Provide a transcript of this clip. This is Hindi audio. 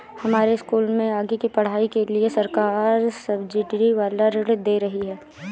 हमारे स्कूल में आगे की पढ़ाई के लिए सरकार सब्सिडी वाला ऋण दे रही है